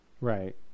Right